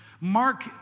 Mark